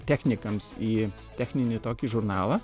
technikams į techninį tokį žurnalą